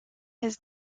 his